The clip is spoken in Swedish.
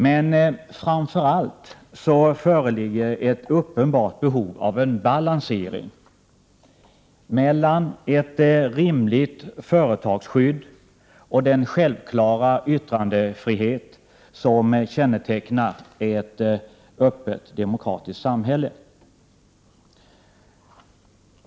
Men framför allt föreligger ett uppenbart behov av en balansering mellan ett rimligt företagsskydd och den självklara yttrandefrihet som kännetecknar ett öppet demokratiskt samhälle.